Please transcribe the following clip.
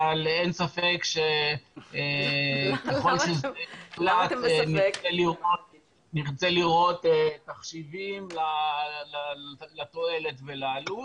אבל אין ספק שככל --- נרצה לראות תחשיבים לתועלת ולעלות.